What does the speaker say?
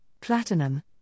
platinum